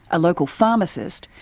a local pharmacist,